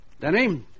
Danny